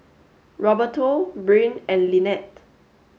Roberto Brynn and Linette